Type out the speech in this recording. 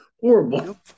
Horrible